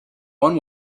one